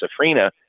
Safrina